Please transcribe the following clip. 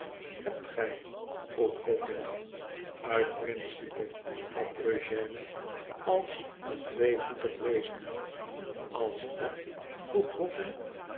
hebt gij vroeg boffin uit principe sprak eugène als een tweevoetig wezen als wat vroeg boffin